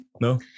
No